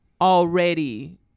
already